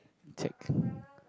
check